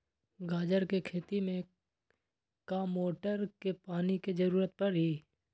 गाजर के खेती में का मोटर के पानी के ज़रूरत परी?